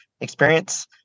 experience